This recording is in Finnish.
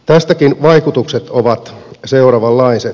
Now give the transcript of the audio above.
tästäkin vaikutukset ovat seuraavanlaiset